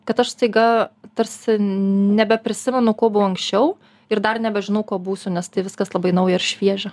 kad aš staiga tarsi nebeprisimenu kuo buvo anksčiau ir dar nebežinau kuo būsiu nes tai viskas labai nauja ir šviežia